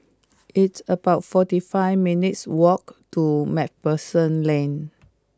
it's about forty five minutes' walk to MacPherson Lane